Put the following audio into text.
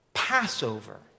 Passover